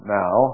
now